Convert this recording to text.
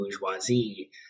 bourgeoisie